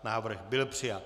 Návrh byl přijat.